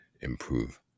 improve